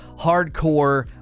hardcore